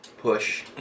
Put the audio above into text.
push